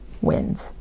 wins